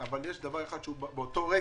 אבל יש דבר אחד שהייתה בו בעיה באותו רגע.